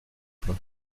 plan